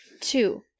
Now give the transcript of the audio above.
two